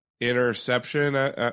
interception